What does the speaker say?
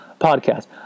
podcast